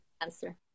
answer